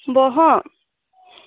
ᱵᱚᱦᱚᱜ ᱦᱩᱻ